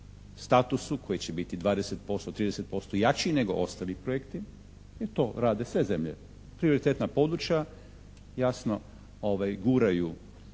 statusu koji će biti 20%, 30% jači nego ostali projekti jer to rade sve zemlje. Prioritetna područja jasno guraju